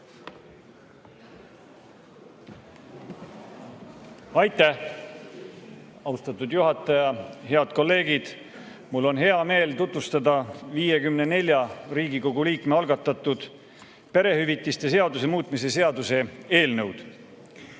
Aitäh, austatud juhataja! Head kolleegid! Mul on hea meel tutvustada 54 Riigikogu liikme algatatud perehüvitiste seaduse muutmise seaduse eelnõu.